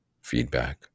feedback